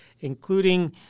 including